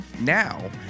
now